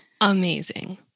Amazing